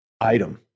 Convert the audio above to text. item